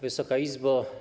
Wysoka Izbo!